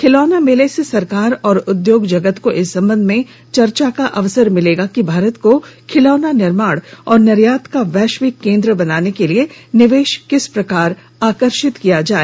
खिलौना मेले से सरकार और उद्योग जगत को इस संबंध में चर्चा का अवसर मिलेगा कि भारत को खिलौना निर्माण और निर्यात का वैश्विक केंद्र बनाने के लिए निवेश किस प्रकार आकर्षित किया जाए